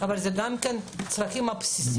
אבל זה גם הצרכים הבסיסיים.